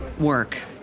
Work